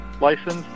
license